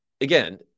Again